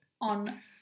on